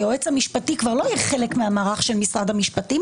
היועץ המשפטי כבר לא יהיה חלק מהמערך של משרד המשפטים,